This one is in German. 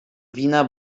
wiener